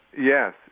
Yes